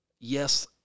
yes